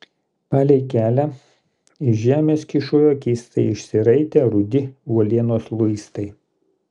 palei kelią iš žemės kyšojo keistai išsiraitę rudi uolienos luistai